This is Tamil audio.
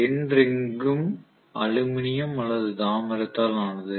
எண்டு ரிங்கும் அலுமினியம் அல்லது தாமிரத்தால் ஆனது